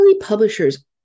Publishers